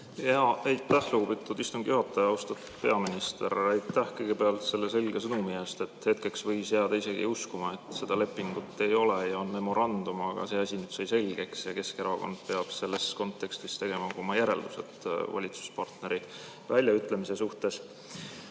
Aitäh, lugupeetud istungi juhataja! Austatud peaminister, kõigepealt aitäh selle selge sõnumi eest! Hetkeks võis jääda isegi uskuma, et seda lepingut ei ole ja on memorandum, aga see asi sai nüüd selgeks, ja Keskerakond peab selles kontekstis tegema oma järeldused valitsuspartneri väljaütlemise suhtes.